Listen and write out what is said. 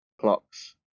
clocks